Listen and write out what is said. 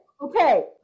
okay